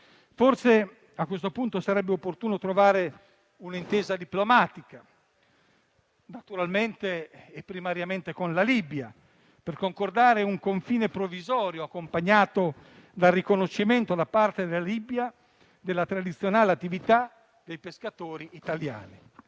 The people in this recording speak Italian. Forse a questo punto sarebbe opportuno trovare un'intesa diplomatica, naturalmente e primariamente con la Libia, per concordare un confine provvisorio accompagnato dal riconoscimento da parte della stessa Libia della tradizionale attività dei pescatori italiani.